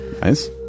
Nice